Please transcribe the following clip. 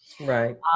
Right